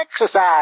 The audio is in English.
exercise